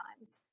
times